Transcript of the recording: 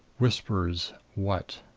whispers what?